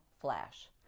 Flash